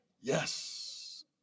Yes